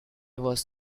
was